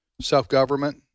self-government